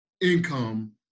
income